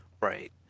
Right